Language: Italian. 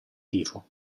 tifo